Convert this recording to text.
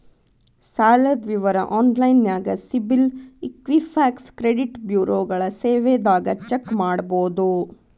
ಸಾಲದ್ ವಿವರ ಆನ್ಲೈನ್ಯಾಗ ಸಿಬಿಲ್ ಇಕ್ವಿಫ್ಯಾಕ್ಸ್ ಕ್ರೆಡಿಟ್ ಬ್ಯುರೋಗಳ ಸೇವೆದಾಗ ಚೆಕ್ ಮಾಡಬೋದು